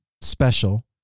special